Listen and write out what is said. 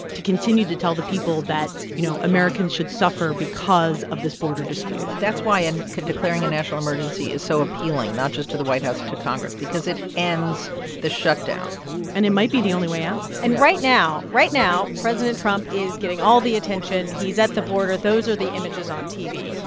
to continue to tell the people that, you know, americans should suffer because of this border dispute that's why and declaring a national emergency is so appealing not just to the white house, to congress because it ends the shutdown and it might be the only way out and right now right now president trump is getting all the attention. he's at the border. those are the images on tv.